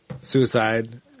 Suicide